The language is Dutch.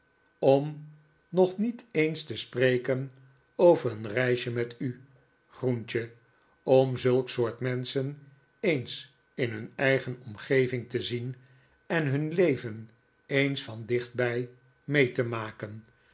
om nog niet eens te spreken over een reisje met u groentje om zulk soort menschen eens in hun eigen omgeving te zien en hun leven eens van dichtbij mee te maken